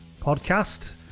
podcast